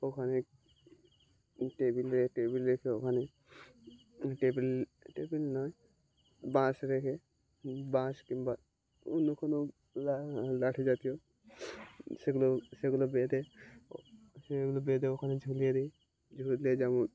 ওখানে টেবিল রে টেবিল রেখে ওখানে টেবিল টেবিল নয় বাঁশ রেখে বাঁশ কিংবা অন্য কোনো লা লাঠি জাতীয় সেগুলো সেগুলো বেঁধে সেগুলো বেঁধে ওখানে ঝুলিয়ে দিই ঝুললে যেমন